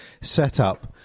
setup